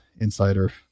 insider